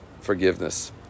forgiveness